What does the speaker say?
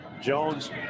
Jones